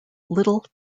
little